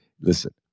listen